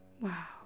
Wow